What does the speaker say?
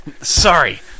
Sorry